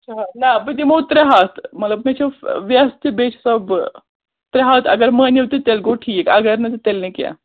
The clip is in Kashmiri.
شےٚ ہَتھ نہَ بہٕ دِمہو ترٛےٚ ہَتھ مطلب مےٚ چھُ وٮ۪س تہٕ بیٚیہِ چھُسو بہٕ ترٛےٚ ہَتھ اگر مٲنِو تہٕ تیٚلہِ گوٚو ٹھیٖک اگر نہٕ تہٕ تیٚلہِ نہٕ کیٚنٛہہ